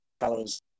fellows